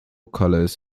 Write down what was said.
colors